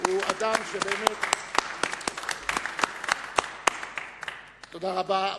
תודה רבה.